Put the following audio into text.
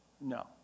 No